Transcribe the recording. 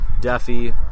Duffy